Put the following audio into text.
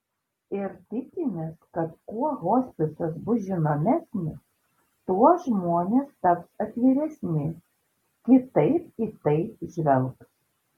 ir tikimės kad kuo hospisas bus žinomesnis tuo žmonės taps atviresni kitaip į tai žvelgs